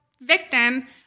victim